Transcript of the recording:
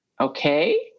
Okay